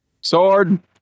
Sword